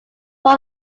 one